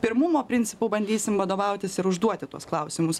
pirmumo principu bandysim vadovautis ir užduoti tuos klausimus